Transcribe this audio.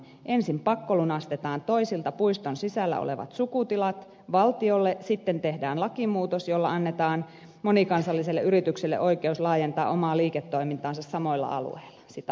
ensin pakkolunastetaan toisilta puiston sisällä olevat sukutilat valtiolle ja sitten tehdään lakimuutos jolla annetaan monikansalliselle yritykselle oikeus laajentaa omaa liiketoimintaansa samoilla alueilla